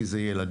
כי זה ילדינו.